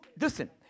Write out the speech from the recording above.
Listen